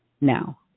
now